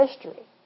history